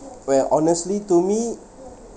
well honestly to me